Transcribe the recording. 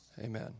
Amen